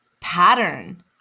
pattern